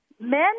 men